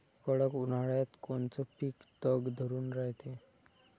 कडक उन्हाळ्यात कोनचं पिकं तग धरून रायते?